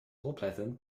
opletten